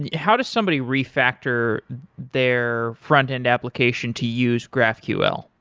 how does somebody refactor their frontend application to use graphql?